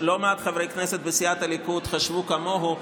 חשבו כמוהו,